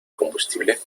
combustible